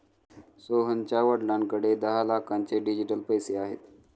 सोहनच्या वडिलांकडे दहा लाखांचे डिजिटल पैसे आहेत